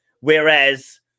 Whereas